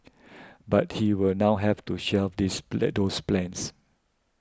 but he will now have to shelve these belittles plans